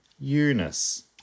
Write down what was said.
Eunice